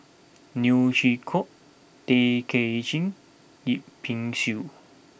Neo Chwee Kok Tay Kay Chin Yip Pin Xiu